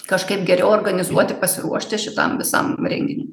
kažkaip geriau organizuoti pasiruošti šitam visam renginiui